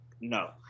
No